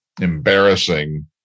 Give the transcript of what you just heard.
embarrassing